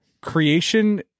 creation